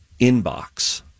inbox